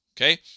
okay